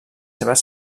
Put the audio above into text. seves